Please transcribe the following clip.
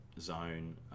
zone